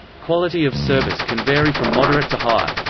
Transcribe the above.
quality of service can vary from moderate to high.